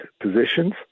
positions